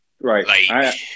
Right